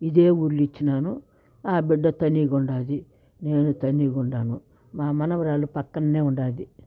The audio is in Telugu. ఇదే ఊర్లో ఇచ్చినాను ఆ బిడ్డ తనీగుండాది నేనూ తనీగుండాను మా మనవరాలు పక్కన్నే ఉన్నది